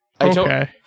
Okay